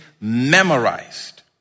memorized